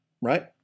right